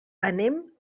anem